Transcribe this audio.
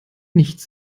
nichts